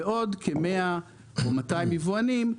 ועוד כ-100 או 200 יבואנים,